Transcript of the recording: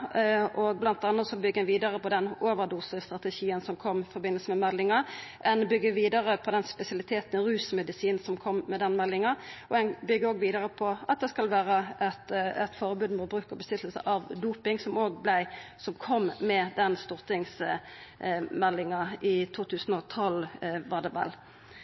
ein vidare på den overdosestrategien som kom i forbindelse med meldinga, heller enn å byggja vidare på den spesialiteten – den rusmedisinen – som kom med den meldinga Ein byggjer òg vidare på at det skal vera eit forbod mot å bruka og inneha dopingmiddel, noko som kom med den stortingsmeldinga i 2012, var det vel.